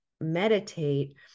meditate